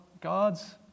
God's